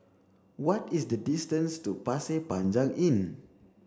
what is the distance to Pasir Panjang Inn